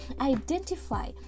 identify